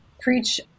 preach